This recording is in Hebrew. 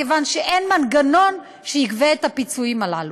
כיוון שאין מנגנון שיגבה את הפיצויים הללו.